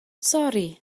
sori